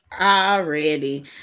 already